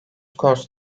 konusu